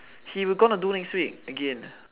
he going to do next week again